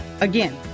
Again